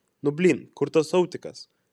nu blyn kur tas autikas